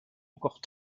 encore